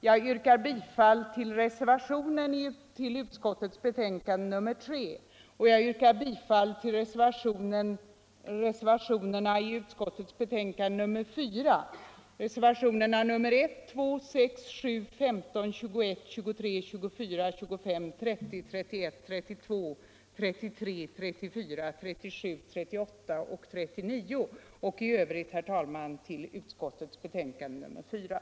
Jag yrkar bifall till reservationen i utskottets betänkande nr 3. Såvitt gäller utskottets betänkande nr 4 yrkar jag bifall till reservationerna 1, 2,6, 7, 15, 21, 23, 24, 25, 30, 31, 32, 33, 34, 37, 38 och 39 samt i övrigt till utskottets förslag.